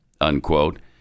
unquote